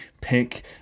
pick